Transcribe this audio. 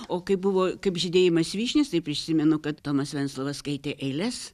o kai buvo kaip žydėjimas vyšnios taip prisimenu kad tomas venclova skaitė eiles